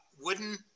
wooden